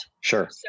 sure